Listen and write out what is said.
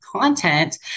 content